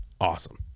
awesome